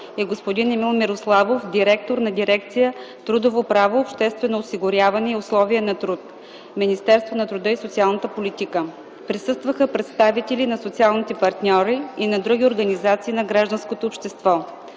и господин Емил Мирославов – директор на дирекция „Трудово право, обществено осигуряване и условия на труд”, Министерство на труда и социалната политика. Присъстваха представители на социалните партньори и на други организации на гражданското общество.